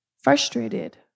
frustrated